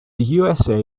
usa